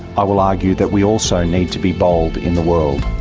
i will argue that we also need to be bold in the world